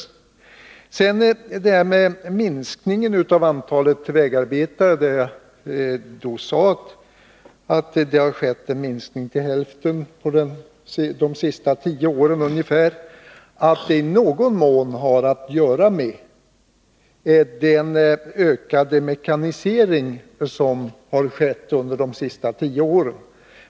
Jag sade tidigare att det skett en minskning av antalet vägarbetare med ungefär hälften under de senaste tio åren och att detta i någon mån har att göra med den ökade mekanisering som ägt rum.